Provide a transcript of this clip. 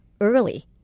early